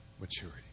maturity